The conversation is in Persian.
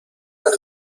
وقت